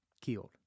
killed